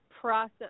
process